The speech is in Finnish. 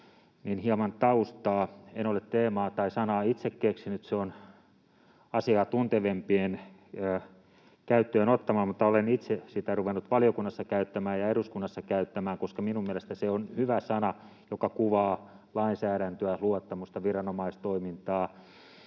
hieman taustaa. En ole teemaa tai sanaa itse keksinyt. Se on asiaa paremmin tuntevien käyttöön ottama, mutta olen itse sitä ruvennut valiokunnassa käyttämään ja eduskunnassa käyttämään, koska minun mielestäni se on hyvä sana, joka kuvaa lainsäädäntöä, luottamusta, viranomaistoimintaa